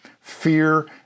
fear